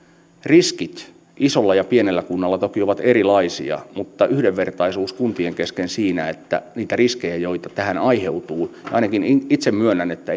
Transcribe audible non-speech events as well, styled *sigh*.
riskit isolla ja pienellä kunnalla toki ovat erilaisia mutta tarvitaan yhdenvertaisuutta kuntien kesken siinä että kun niitä riskejä tähän aiheutuu ainakin itse myönnän että *unintelligible*